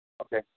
Okay